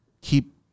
keep